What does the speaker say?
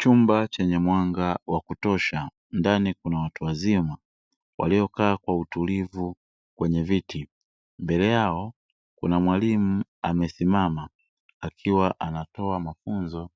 Chumba chenye mwanga wa kutosha ndani kuna watu wazima waliokaa kwa utulivu kwenye viti, mbele yao kuna mwalimu amesimama akiwa anatoa mafunzo